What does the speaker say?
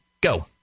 go